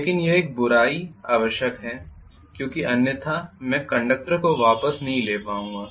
लेकिन यह एक बुराई आवश्यक है क्योंकि अन्यथा मैं कंडक्टर को वापस नहीं ले पाऊंगा